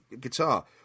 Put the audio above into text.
guitar